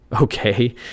Okay